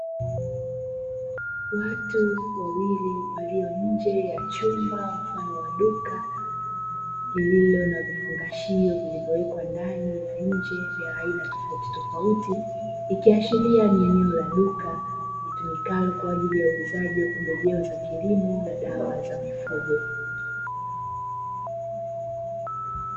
Watu wawili walio nje ya chumba mfano wa duka lililo na vifungashio vilivyowekwa ndani na nje vya aina tofauti tofauti ikiashiria ni eneo la duka litumikalo kwa ajili ya uuzaji wa pembejeo za kilimo na dawa za mifugo.